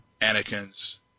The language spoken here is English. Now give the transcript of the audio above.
Anakin's